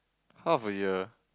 half a year